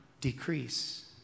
decrease